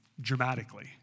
dramatically